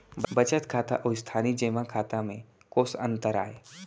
बचत खाता अऊ स्थानीय जेमा खाता में कोस अंतर आय?